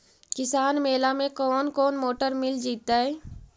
किसान मेला में कोन कोन मोटर मिल जैतै?